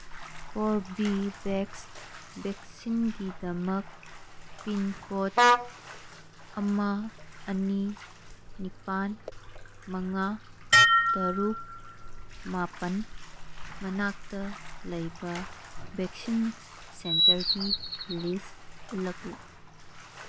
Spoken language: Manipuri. ꯀꯣꯔꯕꯤꯕꯦꯛꯁ ꯚꯦꯛꯁꯤꯟꯒꯤꯗꯃꯛ ꯄꯤꯟꯀꯣꯠ ꯑꯃ ꯑꯅꯤ ꯅꯤꯄꯥꯟ ꯃꯉꯥ ꯇꯔꯨꯛ ꯃꯥꯄꯟ ꯃꯅꯥꯛꯇ ꯂꯩꯕ ꯚꯦꯛꯁꯤꯟ ꯁꯦꯟꯇꯔꯒꯤ ꯂꯤꯁ ꯎꯠꯂꯛꯎ